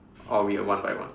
or we will one by one